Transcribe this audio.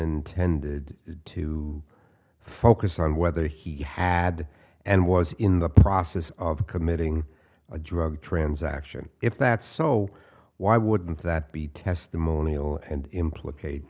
intended to focus on whether he had and was in the process of committing a drug transaction if that's so why wouldn't that be testimonial and implicate